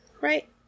right